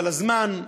אבל הזמן,